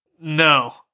No